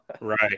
right